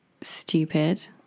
stupid